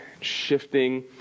shifting